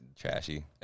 trashy